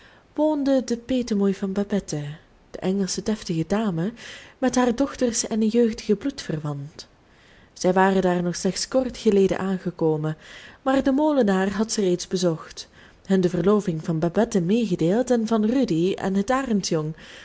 woonde de petemoei van babette de engelsche deftige dame met haar dochters en een jeugdigen bloedverwant zij waren daar nog slechts kort geleden aangekomen maar de molenaar had ze reeds bezocht hun de verloving van babette medegedeeld en van rudy en het arendsjong